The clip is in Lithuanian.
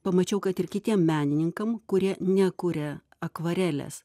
pamačiau kad ir kitiem menininkam kurie nekuria akvarelės